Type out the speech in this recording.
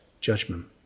judgment